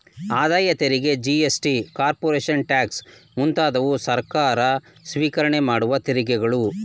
ಆದಾಯ ತೆರಿಗೆ GST, corporation tax ಮುಂತಾದವು ಸರ್ಕಾರ ಸ್ವಿಕರಣೆ ಮಾಡುವ ತೆರಿಗೆಗಳು